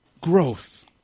growth